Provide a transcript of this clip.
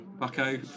Bucko